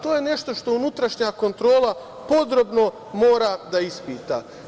To je nešto što unutrašnja kontrola podrobno mora da ispita.